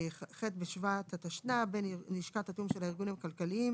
ח' בשבט התשנ"ה (9 בינואר 1995) שבין לשכת התיאום של הארגונים הכלכליים